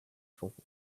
forward